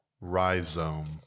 rhizome